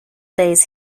days